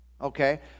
Okay